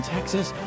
Texas